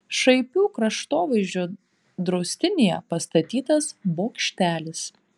šaipių kraštovaizdžio draustinyje pastatytas bokštelis